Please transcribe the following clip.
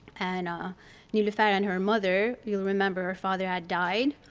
and ah niloufer and her mother, you'll remember her father had died,